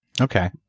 Okay